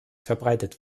verbreitet